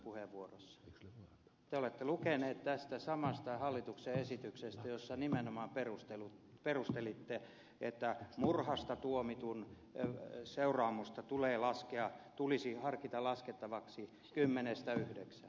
te olette lukenut tästä samasta hallituksen esityksestä jossa nimenomaan perustelitte että murhasta tuomitun seuraamusta tulisi harkita laskettavaksi kymmenestä yhdeksään